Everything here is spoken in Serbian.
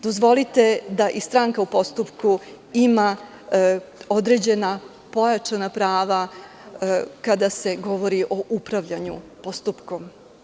Dozvolite da i stranka u postupku ima određena pojačana prava, kada se govori o upravljanju postupkom.